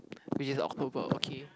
which is October okay